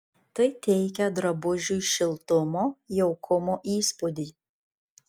tai teikia drabužiui šiltumo jaukumo įspūdį